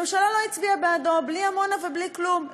הממשלה לא הצביעה בעדו, בלי עמונה ובלי כלום.